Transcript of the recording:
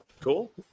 Cool